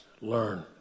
Learn